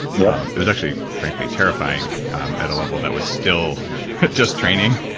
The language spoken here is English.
yeah it was actually frankly terrifying at a level that was still just training,